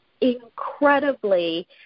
incredibly